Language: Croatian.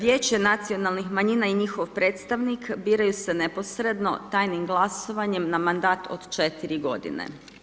Vijeće nacionalnih manjina i njihov predstavnik biraju se neposredno, tajnim glasovanjem na mandat od 4 godine.